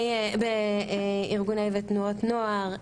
בארגונים ותנועות נוער,